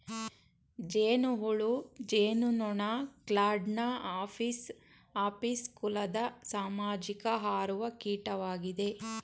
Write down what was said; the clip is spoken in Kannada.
ಜೇನುಹುಳು ಜೇನುನೊಣ ಕ್ಲಾಡ್ನ ಅಪಿಸ್ ಕುಲದ ಸಾಮಾಜಿಕ ಹಾರುವ ಕೀಟವಾಗಿದೆ